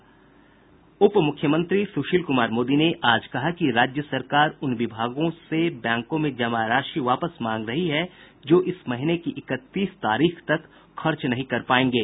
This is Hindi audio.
उपमुख्यमंत्री सुशील कुमार मोदी ने आज कहा कि राज्य सरकार उन विभागों से बैंकों में जमा राशि वापस मंगा रही है जो इस महीने की इकतीस तारीख तक खर्च नहीं कर पायेंगे